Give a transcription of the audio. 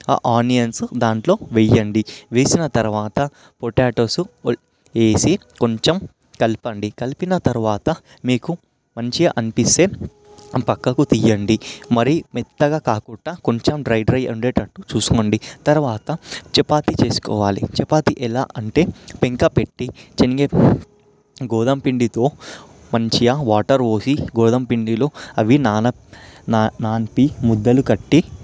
ఆ ఆనియన్స్ దాంట్లో వేయండి వేసిన తరువాత పొటాటోస్ వేసి కొంచెం కలపండి కలిపిన తరువాత మీకు మంచిగా అనిపిస్తే పక్కకు తీయండి మరీ మెత్తగా కాకుండా కొంచెం డ్రై డ్రై ఉండేటట్టు చూసుకోండి తరువాత చపాతి చేసుకోవాలి చపాతీ ఎలా అంటే పెంక పెట్టి శనగ గోధుమ పిండితో మంచిగా వాటర్ పోసి గోధుమ పిండిలో అవి నాన నాన నానిపి ముద్దలు కట్టి